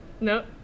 No